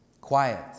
Quiet